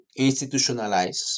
institutionalize